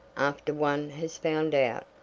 after one has found out,